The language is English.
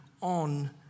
on